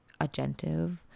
agentive